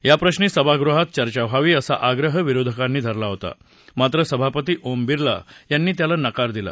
या प्रश्री सभागृहात चर्चा व्हावी असा आग्रह विरोधकांनी धरला होता मात्र सभापती ओम बिर्ला यांनी त्याला नकार दिला